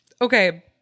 Okay